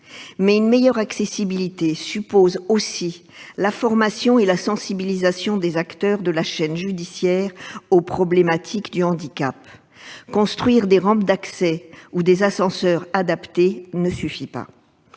Mais une meilleure accessibilité suppose aussi la formation et la sensibilisation des acteurs de la chaîne judiciaire aux problématiques du handicap ; construire des rampes d'accès ou des ascenseurs adaptés ne suffit pas.